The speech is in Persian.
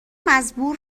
مزبور